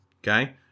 Okay